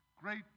Great